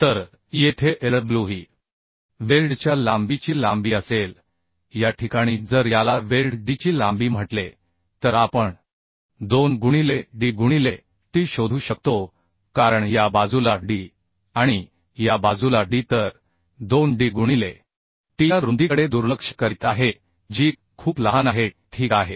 तर येथे Lw ही वेल्डच्या लांबीची लांबी असेल या ठिकाणी जर याला वेल्ड डीची लांबी म्हटले तर आपण 2 गुणिले D गुणिले T शोधू शकतो कारण या बाजूला D आणि या बाजूला D तर 2 डी गुणिले Tया रुंदीकडे दुर्लक्ष करीत आहे जी खूप लहान आहे ठीक आहे